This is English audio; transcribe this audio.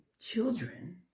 children